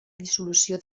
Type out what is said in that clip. dissolució